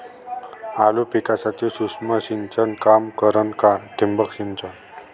आलू पिकाले सूक्ष्म सिंचन काम करन का ठिबक सिंचन?